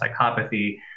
psychopathy